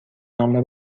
نامه